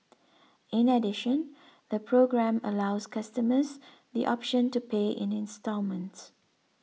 in addition the programme allows customers the option to pay in instalments